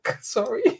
sorry